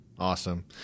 Awesome